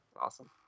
Awesome